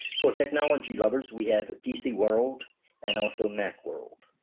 for technology lovers we have pc world and also mac world.